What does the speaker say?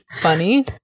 funny